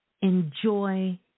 enjoy